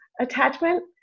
attachment